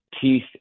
teeth